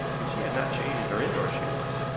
and she had not changed her indoor shoes.